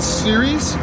series